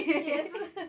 yes